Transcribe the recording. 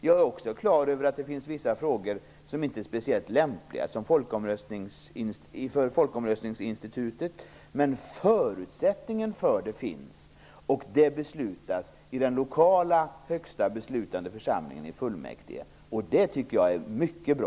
Jag är också på det klara med att det finns vissa frågor som inte är speciellt lämpliga för folkomröstningsinstitutet, men förutsättningen för det finns, och beslutet fattas i den lokala högsta beslutande församlingen, i fullmäktige. Det tycker jag är mycket bra.